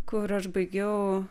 kur aš baigiau